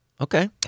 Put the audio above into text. Okay